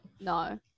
no